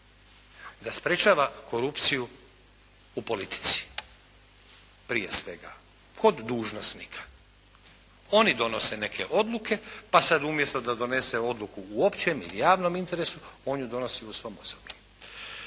da sprječava korupciju u politici prije svega kod dužnosnika. Oni donose neke odluke pa sad umjesto da donese odluku u općem ili javnom interesu on ju donosi u svom osobnom.